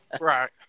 Right